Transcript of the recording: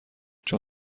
چون